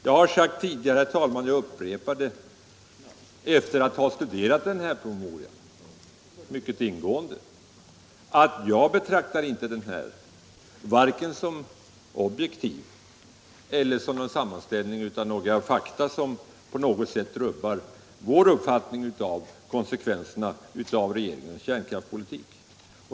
Jag har sagt det tidigare, herr talman, och jag upprepar det efter att ha studerat denna promemoria mycket ingående, att jag betraktar den varken som objektiv eller som en sammanställning av några fakta, vilka på något sätt rubbar vår uppfattning av konsekvenserna av regeringens kärnkraftspolitik.